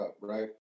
right